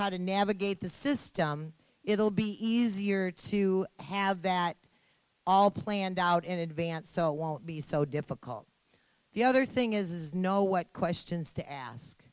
how to navigate the system it'll be easier to have that all planned out in advance so won't be so difficult the other thing is know what questions to ask